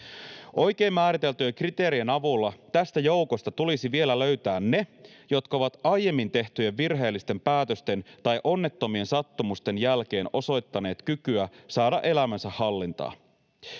Oikein määriteltyjen kriteerien avulla tästä joukosta tulisi vielä löytää ne, jotka ovat aiemmin tehtyjen virheellisten päätösten tai onnettomien sattumusten jälkeen osoittaneet kykyä saada elämänsä hallintaan.